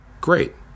Great